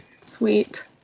sweet